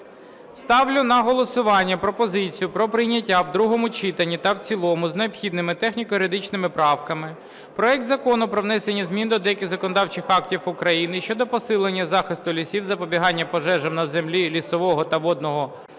Ставлю на голосування пропозицію про прийняття в другому читанні та в цілому з необхідними техніко-юридичними правками проект Закону про внесення змін до деяких законодавчих актів України щодо посилення захисту лісів, запобігання пожежам на землях лісового та водного фонду,